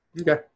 Okay